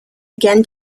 again